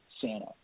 Santa